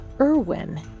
Irwin